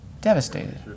Devastated